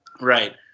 right